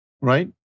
right